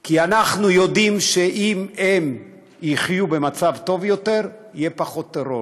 כי אנחנו יודעים שאם הם יחיו במצב טוב יותר יהיה פחות טרור.